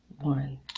one